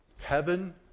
Heaven